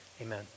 Amen